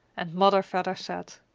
and mother vedder said,